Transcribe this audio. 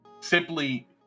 simply